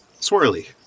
Swirly